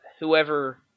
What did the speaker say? whoever